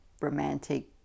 romantic